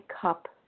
cup